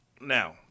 now